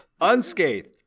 unscathed